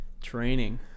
training